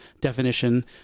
definition